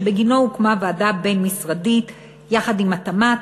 ובגינו הוקמה ועדה בין-משרדית יחד עם התמ"ת,